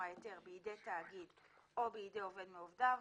ההיתר בידי תאגיד או בידי עובד מעובדיו,